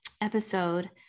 episode